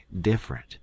different